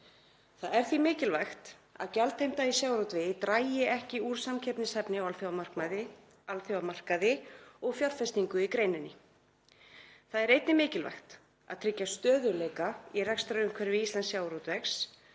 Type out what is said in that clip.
Það er því mikilvægt að gjaldheimta í sjávarútvegi dragi ekki úr samkeppnishæfni á alþjóðamarkaði og fjárfestingu í greininni. Það er einnig mikilvægt að tryggja stöðugleika í rekstrarumhverfi íslensks sjávarútvegs